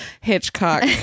Hitchcock